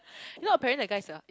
you know apparently that guy is a